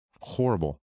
Horrible